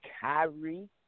Kyrie